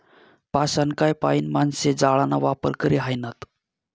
पाषाणकाय पाईन माणशे जाळाना वापर करी ह्रायनात